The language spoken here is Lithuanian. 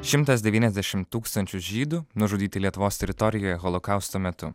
šimtas devyniasdešim tūkstančių žydų nužudyti lietuvos teritorijoje holokausto metu